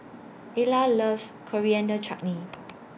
Ilah loves Coriander Chutney